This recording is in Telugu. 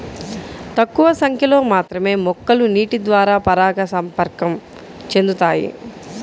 తక్కువ సంఖ్యలో మాత్రమే మొక్కలు నీటిద్వారా పరాగసంపర్కం చెందుతాయి